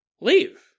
leave